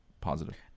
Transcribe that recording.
positive